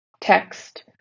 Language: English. text